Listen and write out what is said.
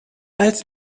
als